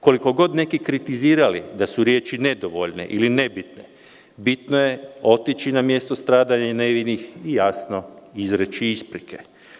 Koliko god neki kritizirali da su rječi nedovoljne ili nebitne bitno je otići na mjesto stradanja nevinih i jasno izreći ispreke.